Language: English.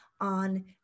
on